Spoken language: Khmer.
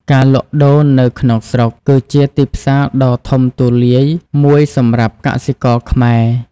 ការលក់ដូរនៅក្នុងស្រុក គឺជាទីផ្សារដ៏ធំទូលាយមួយសម្រាប់កសិករខ្មែរ។